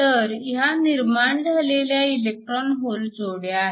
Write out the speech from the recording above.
तर ह्या निर्माण झालेल्या इलेक्ट्रॉन होल जोड्या आहेत